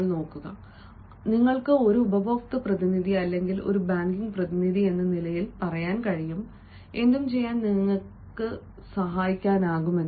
നിങ്ങൾക്ക് ഒരു ഉപഭോക്തൃ പ്രതിനിധി അല്ലെങ്കിൽ ഒരു ബാങ്കിംഗ് പ്രതിനിധി എന്ന നിലയിൽ പറയാൻ കഴിയും എന്തും ചെയ്യാൻ നിങ്ങൾക്ക് സഹായിക്കാനാകും